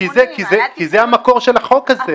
כי זה המקור של החוק הזה.